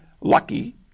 lucky